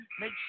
Make